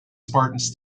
spartans